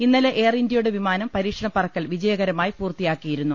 ഇന്നലെ എയർ ഇന്ത്യയുടെ വിമാനം പരീക്ഷണപ്പറക്കൽ വിജയകരമായി പൂർത്തിയാക്കിയിരുന്നു